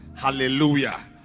hallelujah